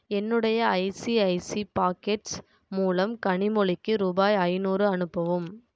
என்னுடைய ICICI pockets மூலம் கனிமொழிக்கு ரூபாய் ஐநூறு அனுப்பவும்